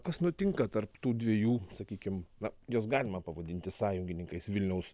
kas nutinka tarp tų dviejų sakykim na juos galima pavadinti sąjungininkais vilniaus